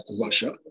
Russia